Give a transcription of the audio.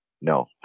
no